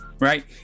Right